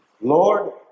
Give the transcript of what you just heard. Lord